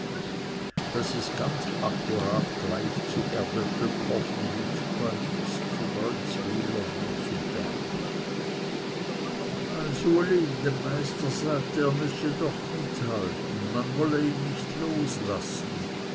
das ist ganz akkurat gleich zu erdöpfelkofen wie zu paris zu brönzwyler wie zu bern als uli dem meister sagte er müsse doch mithalten man wolle ihn nicht loslassen